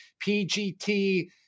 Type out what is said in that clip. PGT